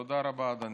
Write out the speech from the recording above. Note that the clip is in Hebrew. תודה רבה, אדוני.